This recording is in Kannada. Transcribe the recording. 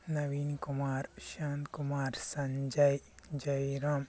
ನವೀನ್ ಕುಮಾರ್ ಶಾಂತ್ ಕುಮಾರ್ ಸಂಜಯ್ ಜಯ್ರಾಮ್